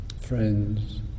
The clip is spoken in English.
friends